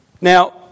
Now